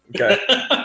Okay